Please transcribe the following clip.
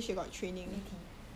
li ting